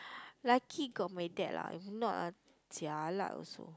lucky got my dad lah if not ah jialat also